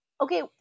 Okay